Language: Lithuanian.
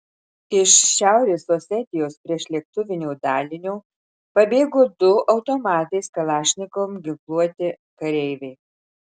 iš šiaurės osetijos priešlėktuvinio dalinio pabėgo du automatais kalašnikov ginkluoti kareiviai